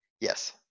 yes